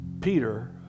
Peter